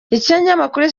ikinyamakuru